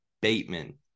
Bateman